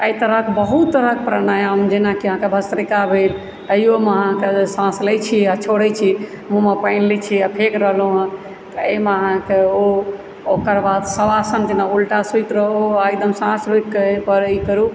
एहि तरहक बहुत तरहक प्राणायाम जेनाकि अहाँकेँ भस्त्रिका भेल एहियोमे अहाँकेँ साँस लए छी आ छोड़ै छी मुँहमे पानि लए छियै आ फेक रहलहुँ हँ एहिमे अहाँके ओ ओकर बाद शवासन जेना उल्टा सुति रहू आ एकदम साँस रोकि कऽ एहिपर इ करूँ